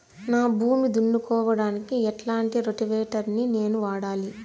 నా భూమి దున్నుకోవడానికి ఎట్లాంటి రోటివేటర్ ని నేను వాడాలి?